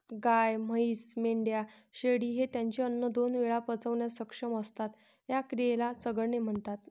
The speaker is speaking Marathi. गाय, म्हैस, मेंढ्या, शेळी हे त्यांचे अन्न दोन वेळा पचवण्यास सक्षम असतात, या क्रियेला चघळणे म्हणतात